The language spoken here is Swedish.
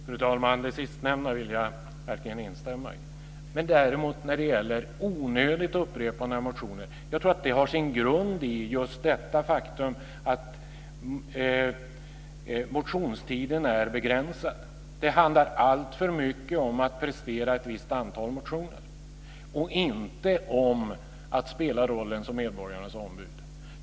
Fru talman! Det sistnämnda vill jag instämma i. Onödigt upprepande av motioner har sin grund i det faktum att motionstiden är begränsad. Det handlar alltför mycket om att prestera ett visst antal motioner och inte om att spela rollen som medborgarnas ombud.